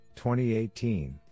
2018